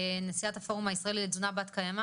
נשיאת הפורום הישראלי לתזונה בת קיימא,